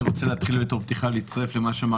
אני רוצה להתחיל בתור פתיחה להצטרף למה שאמר